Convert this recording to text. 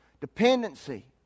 dependency